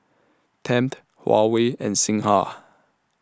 Tempt Huawei and Singha